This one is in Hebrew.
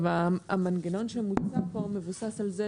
המנגנון שמוצע כאן מבוסס על זה